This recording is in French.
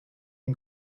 une